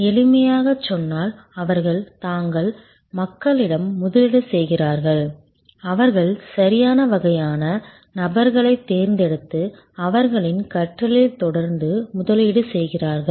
எளிமையாகச் சொன்னால் அவர்கள் தங்கள் மக்களிடம் முதலீடு செய்கிறார்கள் அவர்கள் சரியான வகையான நபர்களைத் தேர்ந்தெடுத்து அவர்களின் கற்றலில் தொடர்ந்து முதலீடு செய்கிறார்கள்